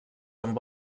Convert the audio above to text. amb